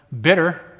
bitter